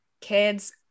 Kids